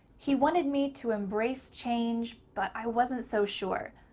he wanted me to embrace change, but i wasn't so sure.